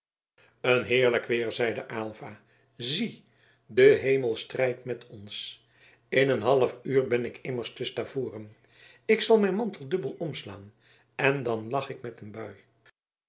een heerlijk weer zeide aylva zie de hemel strijdt met ons in een halfuur ben ik immers te stavoren ik zal mijn mantel dubbel omslaan en dan lach ik met een bui